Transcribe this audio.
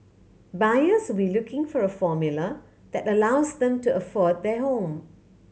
buyers will looking for a formula that allows them to afford their home